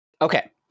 Okay